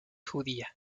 judía